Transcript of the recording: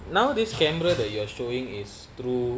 nowadays camera that you are showing is through